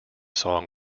song